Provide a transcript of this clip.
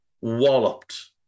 walloped